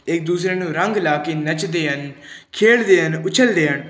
ਇੱਕ ਦੂਸਰੇ ਨੂੰ ਰੰਗ ਲਾ ਕੇ ਨੱਚਦੇ ਹਨ ਖੇਡਦੇ ਹਨ ਉੱਛਲਦੇ ਹਨ